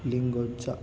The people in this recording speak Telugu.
లింగోచ్చా